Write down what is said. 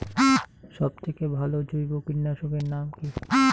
সব থেকে ভালো জৈব কীটনাশক এর নাম কি?